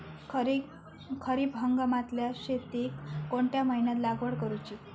खरीप हंगामातल्या शेतीक कोणत्या महिन्यात लागवड करूची?